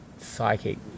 psychic